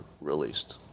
released